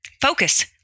Focus